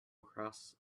across